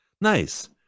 Nice